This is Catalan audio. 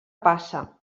passa